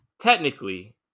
technically